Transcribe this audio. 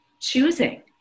choosing